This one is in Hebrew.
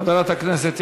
חברותי חברות הכנסת,